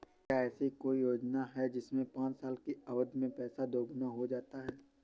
क्या ऐसी कोई योजना है जिसमें पाँच साल की अवधि में पैसा दोगुना हो जाता है?